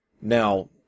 Now